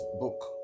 book